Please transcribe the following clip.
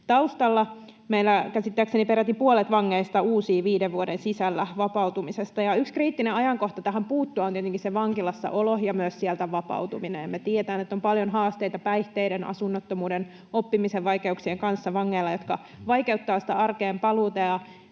taustalla. Meillä käsittääkseni peräti puolet vangeista uusii viiden vuoden sisällä vapautumisesta. Yksi kriittinen ajankohta puuttua tähän on tietenkin se vankilassa olo ja myös sieltä vapautuminen, ja me tiedetään, että vangeilla on paljon haasteita päihteiden, asunnottomuuden ja oppimisen vaikeuksien kanssa, ja ne vaikeuttavat sitä arkeen paluuta.